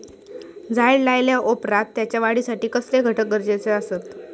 झाड लायल्या ओप्रात त्याच्या वाढीसाठी कसले घटक गरजेचे असत?